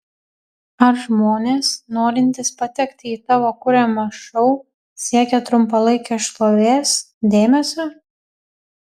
ar žmonės norintys patekti į tavo kuriamą šou siekia trumpalaikės šlovės dėmesio